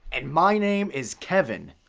and my name is kevin.